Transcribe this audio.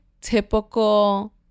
typical